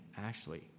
Ashley